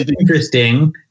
interesting